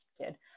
kid